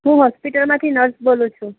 હું હોસ્પિટલમાંથી નર્સ બોલું છું